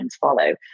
follow